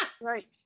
Right